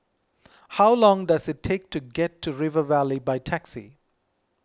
how long does it take to get to River Valley by taxi